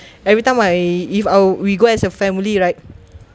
every time I if I'll we go as a family right